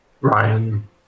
Ryan